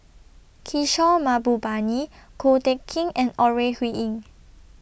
Kishore Mahbubani Ko Teck Kin and Ore Huiying